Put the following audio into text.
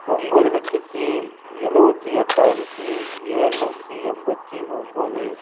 ஒம்பது லட்சத்து எழுவத்தி எட்டாயிரத்து ஏழுநூத்தி எண்பத்தி ஒம்பது